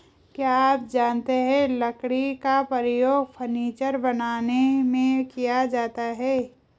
क्या आप जानते है लकड़ी का उपयोग फर्नीचर बनाने में किया जाता है?